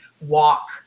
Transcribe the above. walk